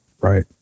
right